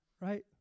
Right